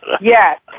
Yes